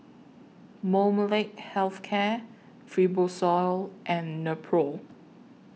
Molnylcke Health Care Fibrosol and Nepro